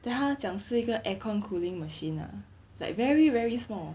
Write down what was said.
then 他讲是一个 aircon cooling machines ah like very very small